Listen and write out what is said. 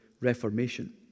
Reformation